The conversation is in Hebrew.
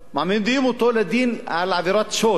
מעמידים אותו לדין על עבירת שוד.